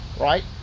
Right